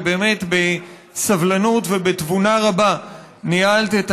שבאמת בסבלנות ובתבונה רבה ניהלת את